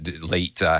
late